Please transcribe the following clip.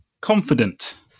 Confident